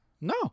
no